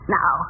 Now